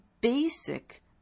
basic